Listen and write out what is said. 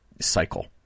cycle